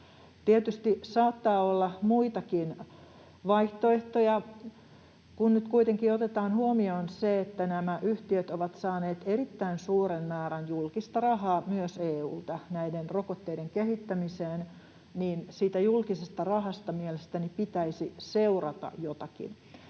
Tietysti saattaa olla muitakin vaihtoehtoja. Kun nyt kuitenkin otetaan huomioon se, että nämä yhtiöt ovat saaneet erittäin suuren määrän julkista rahaa myös EU:lta näiden rokotteiden kehittämiseen, niin siitä julkisesta rahasta mielestäni pitäisi seurata jotakin.